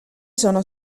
sono